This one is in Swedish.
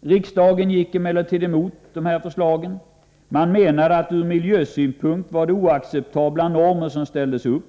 Riksdagen gick emellertid emot dessa förslag. Man menade att det var från miljösynpunkt oacceptabla normer som ställdes upp.